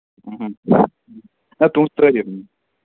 نہَ تُہۍ تٔرِو